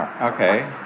okay